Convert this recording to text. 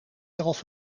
elf